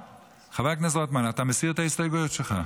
חבר הכנסת רוטמן, אתה מסיר את ההסתייגויות שלך?